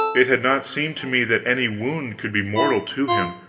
it had not seemed to me that any wound could be mortal to him.